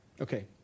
Okay